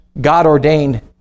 God-ordained